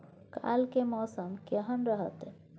काल के मौसम केहन रहत?